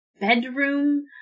bedroom